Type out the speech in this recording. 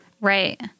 Right